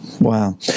Wow